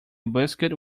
biscuit